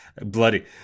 bloody